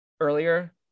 earlier